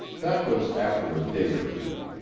that was after a day or two.